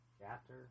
chapter